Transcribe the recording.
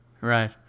Right